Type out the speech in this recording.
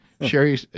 Sherry